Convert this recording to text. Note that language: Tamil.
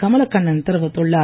கமலக்கண்ணன் தெரிவித்துள்ளார்